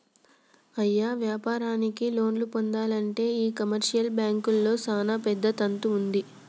అయ్య వ్యాపారానికి లోన్లు పొందానంటే ఈ కమర్షియల్ బాంకుల్లో సానా పెద్ద తంతు వుంటది